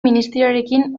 ministerioarekin